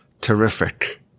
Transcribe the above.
terrific